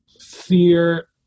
fear